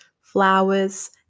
flowers